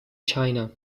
china